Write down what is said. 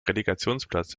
relegationsplatz